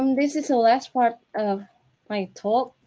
um this is the last part of my talk.